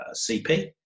CP